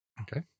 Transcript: Okay